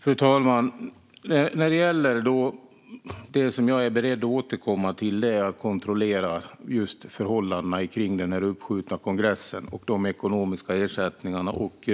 Fru talman! Det jag är beredd att återkomma till är att kontrollera just förhållandena kring den uppskjutna kongressen, de ekonomiska ersättningarna och